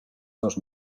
seus